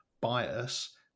bias